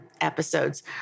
episodes